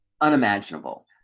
unimaginable